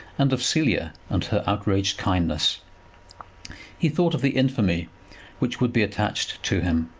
and of cecilia and her outraged kindness he thought of the infamy which would be attached to him,